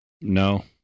No